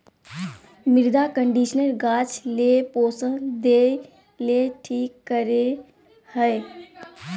मृदा कंडीशनर गाछ ले पोषण देय ले ठीक करे हइ